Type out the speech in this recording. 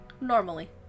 Normally